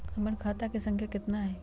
हमर खाता के सांख्या कतना हई?